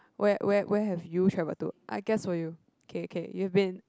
where where where have you travel to I guess for you K K you've been